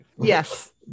Yes